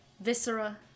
viscera